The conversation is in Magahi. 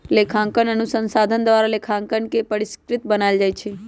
लेखांकन अनुसंधान द्वारा लेखांकन के परिष्कृत बनायल जाइ छइ